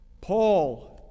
Paul